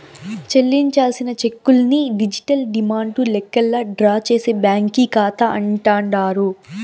చెల్లించాల్సిన చెక్కుల్ని digital demand లెక్కల్లా డ్రా చేసే బ్యాంకీ కాతా అంటాండారు